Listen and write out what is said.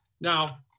Now